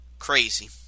Crazy